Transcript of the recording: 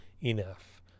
enough